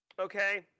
Okay